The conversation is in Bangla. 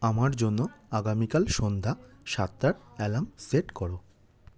আমার জন্য আগামীকাল সন্ধ্যা সাতটার অ্যালার্ম সেট করো